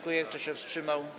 Kto się wstrzymał?